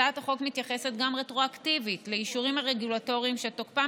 הצעת החוק מתייחסת רטרואקטיבית גם לאישורים הרגולטוריים שתוקפם